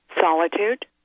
solitude